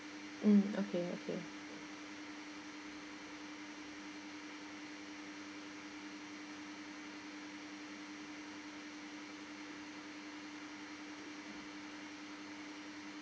mm okay okay